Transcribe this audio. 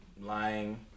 lying